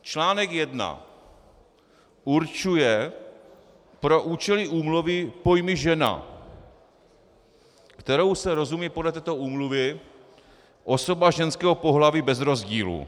Článek 1 určuje pro účely úmluvy pojmy žena, kterou se rozumí podle této úmluvy osoba ženského pohlaví bez rozdílu.